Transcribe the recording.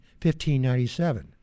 1597